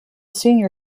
senior